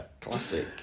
Classic